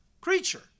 creature